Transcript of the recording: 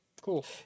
cool